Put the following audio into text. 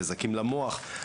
נזקים למוח,